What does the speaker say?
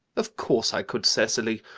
of course i could, cecily.